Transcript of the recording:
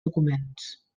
documents